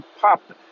pop